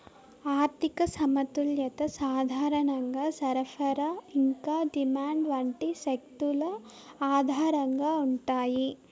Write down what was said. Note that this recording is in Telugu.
ఆర్థిక సమతుల్యత సాధారణంగా సరఫరా ఇంకా డిమాండ్ వంటి శక్తుల ఆధారంగా ఉంటాయి